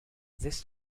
this